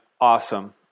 awesome